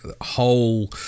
whole